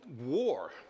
war